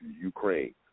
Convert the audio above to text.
Ukraine